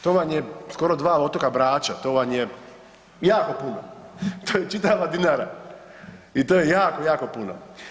To vam je skoro 2 otoka Brača, to vam je jako puno, to je čitava Dinara i to je jako, jako puno.